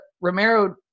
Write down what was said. Romero